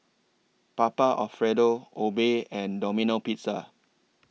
Papa Alfredo Obey and Domino Pizza